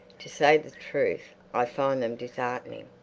to say the truth, i find them dis'eartening.